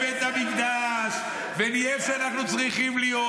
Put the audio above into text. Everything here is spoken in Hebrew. בית המקדש ונהיה איפה שאנחנו צריכים להיות.